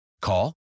Call